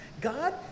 God